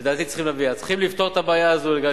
לדעתי, אז צריכים לפתור את הבעיה הזאת.